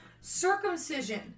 circumcision